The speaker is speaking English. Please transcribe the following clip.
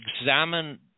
examine